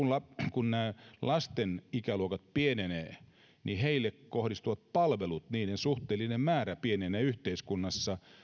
kun lasten ikäluokat pienenevät heille kohdistuvien palvelujen suhteellinen määrä pienenee yhteiskunnassa